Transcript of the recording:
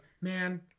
man